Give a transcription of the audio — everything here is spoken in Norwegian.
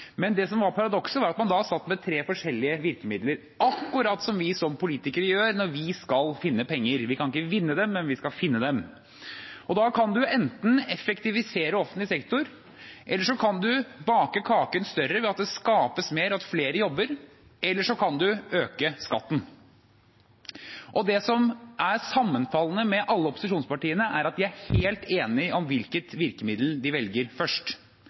Men det som var paradokset, var at man satt med tre forskjellige virkemidler, akkurat som vi politikere gjør når vi skal finne penger. Vi kan ikke vinne dem, men vi skal finne dem. Da kan man enten effektivisere offentlig sektor, man kan bake kaken større ved at det skapes mer, og at flere jobber, eller man kan øke skatten. Det som er sammenfallende mellom alle opposisjonspartiene, er at de er enige om hvilket virkemiddel de velger først.